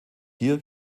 hier